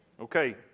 Okay